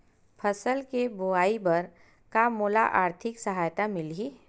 फसल के बोआई बर का मोला आर्थिक सहायता मिलही?